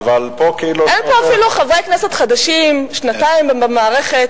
אין פה אפילו חברי כנסת חדשים, שנתיים במערכת,